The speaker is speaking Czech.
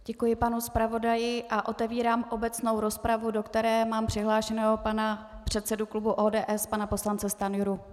Děkuji panu zpravodaji a otevírám obecnou rozpravu, do které mám přihlášeného pana předsedu klubu ODS pana poslance Stanjuru.